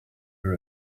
her